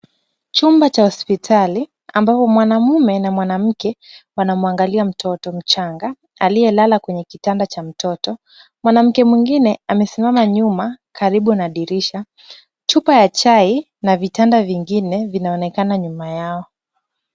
Chumba cha hospitali ambapo mwanamume na mwanamke wanamwangalia mtoto mchanga aliyelala kwenye kitanda cha mtoto. Mwanamke mwingine amesimama nyuma karibu na dirisha. Chupa ya chai na vitanda vingine vinaoekana nyuma yao.